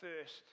first